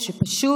שפשוט